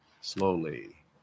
slowly